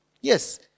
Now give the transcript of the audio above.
Yes